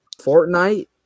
Fortnite